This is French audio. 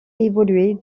évolué